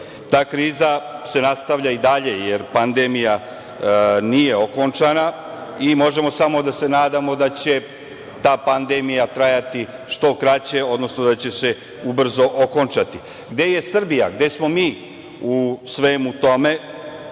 Ta kriza se nastavlja i dalje jer pandemija nije okončana i možemo samo da se nadamo da će ta pandemija trajati što kraće, odnosno da će se ubrzo okončati. Gde je Srbija, gde smo mi u svemu tome